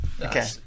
Okay